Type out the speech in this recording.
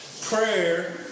prayer